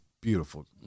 beautiful